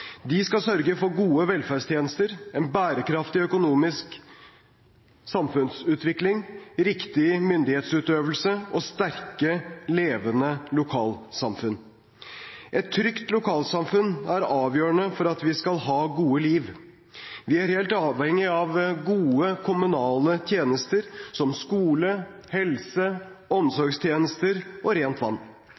De skal sørge for gode velferdstjenester, en bærekraftig økonomisk samfunnsutvikling, riktig myndighetsutøvelse og sterke, levende lokalsamfunn. Et trygt lokalsamfunn er avgjørende for at vi skal ha gode liv. Vi er helt avhengige av gode kommunale tjenester som skole, helse- og omsorgtjenester og rent vann.